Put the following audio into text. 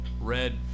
red